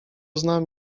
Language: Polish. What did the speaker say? znam